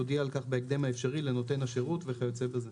יודיע על כך בהקדם האפשרי לנותן השירות" וכיוצא בזה.